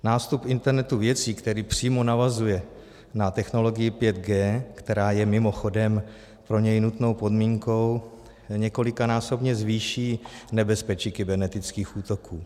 Nástup internetu věcí, který přímo navazuje na technologii 5G, která je mimochodem pro něj nutnou podmínkou, několikanásobně zvýší nebezpečí kybernetických útoků.